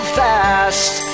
fast